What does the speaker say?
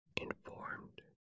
informed